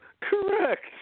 Correct